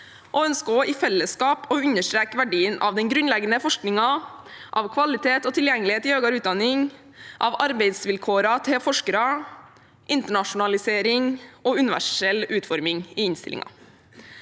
og ønsker også i fellesskap å understreke verdien av den grunnleggende forskningen, kvalitet og tilgjengelighet i høyere utdanning, arbeidsvilkårene til forskere, internasjonalisering og universell utforming i innstillingen.